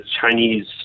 Chinese